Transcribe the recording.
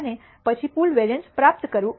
અને પછી pool variance પ્રાપ્ત કરવું